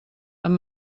amb